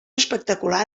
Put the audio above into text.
espectacular